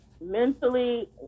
mentally